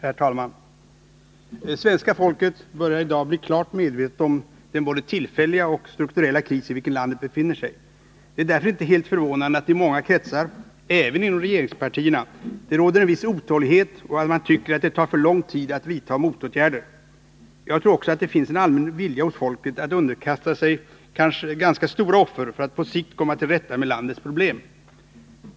Herr talman! Svenska folket börjar i dag bli klart medvetet om den både tillfälliga och strukturella kris i vilken landet befinner sig. Det är därför inte helt förvånande att det i många kretsar — även inom regeringspartierna — råder en viss otålighet och att man tycker att det tar för lång tid att vidta motåtgärder. Jag tror också att det finns en allmän vilja hos folket att underkasta sig ganska stora offer för att på sikt komma till rätta med landets problem.